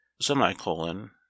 semicolon